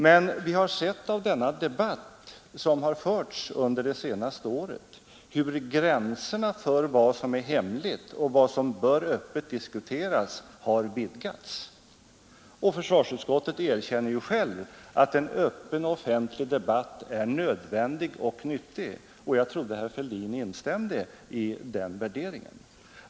Men vi har sett av den debatt som förts under det senaste året hur gränserna för vad som är hemligt och vad som bör öppet diskuteras har ändrats. Det öppna området har vidgats. Försvarsutskottet erkänner ju självt att en öppen offentlig debatt är nödvändig och nyttig, och jag trodde att herr Fälldin instämde i den värderingen.